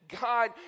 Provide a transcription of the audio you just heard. God